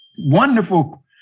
wonderful